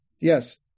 Yes